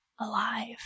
alive